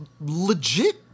legit